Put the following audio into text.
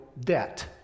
debt